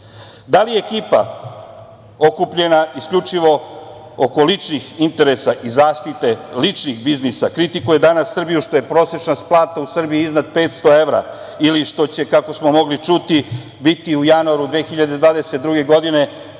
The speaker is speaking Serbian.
li ekipa okupljena isključivo oko ličnih interesa i zaštite ličnih biznisa kritikuje danas Srbiju što je prosečna plata u Srbiji iznad 500 evra ili što će, kako smo mogli čuti, biti u januaru 2022. godine